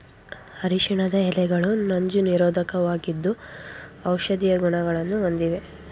ಅರಿಶಿಣದ ಎಲೆಗಳು ನಂಜು ನಿರೋಧಕವಾಗಿದ್ದು ಔಷಧೀಯ ಗುಣಗಳನ್ನು ಹೊಂದಿವೆ